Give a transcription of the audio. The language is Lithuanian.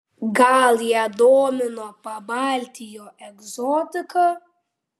gal ją domino pabaltijo egzotika